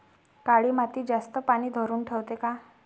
काळी माती जास्त पानी धरुन ठेवते का?